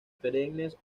perennes